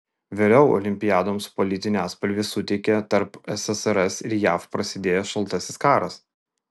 vėliau olimpiadoms politinį atspalvį suteikė tarp ssrs ir jav prasidėjęs šaltasis karas